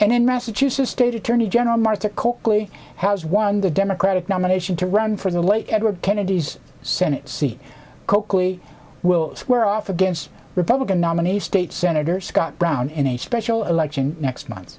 and in massachusetts state attorney general martha coakley has won the democratic nomination to run for the late edward kennedy's senate seat coakley will square off against republican nominee state senator scott brown in a special election next month